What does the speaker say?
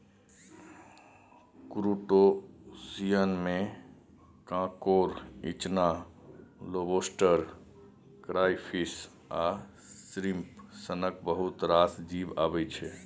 क्रुटोशियनमे कांकोर, इचना, lobster, crayfish आ श्रिंप सनक बहुत रास जीब अबै छै